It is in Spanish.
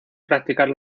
practicar